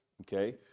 okay